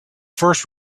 first